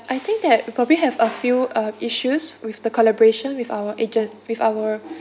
I think that probably have a few uh issues with the collaboration with our agent with our